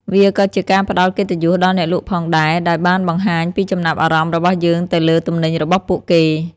វាក៏ជាការផ្តល់កិត្តិយសដល់អ្នកលក់ផងដែរ ដោយបានបង្ហាញពីចំណាប់អារម្មណ៍របស់យើងទៅលើទំនិញរបស់ពួកគេ។